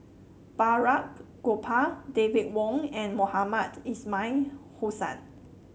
Balraj Gopal David Wong and Mohamed Ismail Hussain